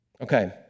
Okay